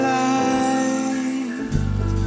light